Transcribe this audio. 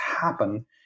happen